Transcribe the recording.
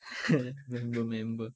member member